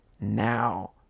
now